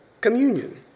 communion